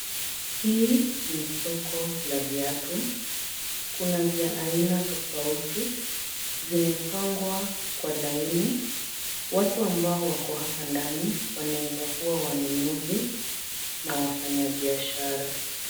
Hii ni soko la viatu. Kuna vya aina tofauti. Zimepangwa kwa laini . Watu ambao wako hapa ndani wanaweza kuwa wanunuzi na wafanyabiashara.